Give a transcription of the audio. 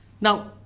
Now